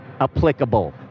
applicable